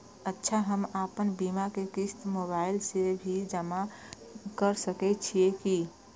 अच्छा हम आपन बीमा के क़िस्त मोबाइल से भी जमा के सकै छीयै की?